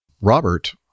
Robert